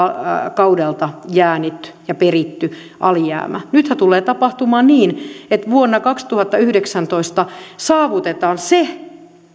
kaudelta jäänyt ja peritty alijäämä nythän tulee tapahtumaan niin että vuonna kaksituhattayhdeksäntoista saavutetaan se